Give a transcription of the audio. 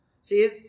see